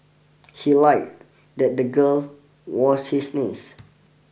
he lied that the girl was his niece